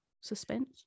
suspense